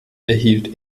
erhielt